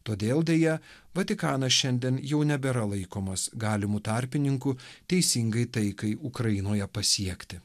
todėl deja vatikanas šiandien jau nebėra laikomas galimu tarpininku teisingai taikai ukrainoje pasiekti